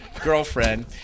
Girlfriend